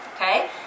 Okay